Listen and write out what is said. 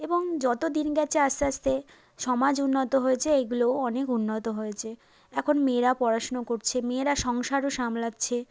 এবং যত দিন গেছে আস্তে আস্তে সমাজ উন্নত হয়েছে এগুলোও অনেক উন্নত হয়েছে এখন মেয়েরা পড়াশুনো করছে মেয়েরা সংসারও সামলাচ্ছে